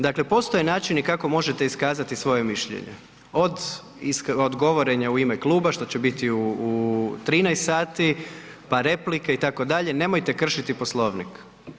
Dakle, postoje načini kako možete iskazati svoje mišljenje, od govorenja u ime kluba, što će biti u 13,00 sati, pa replike, itd., nemojte kršiti Poslovnik.